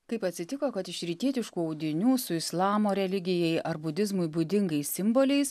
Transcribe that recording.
kaip atsitiko kad iš rytietiškų audinių su islamo religijai ar budizmui būdingais simboliais